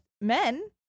men